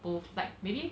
both like maybe